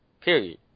Period